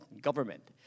government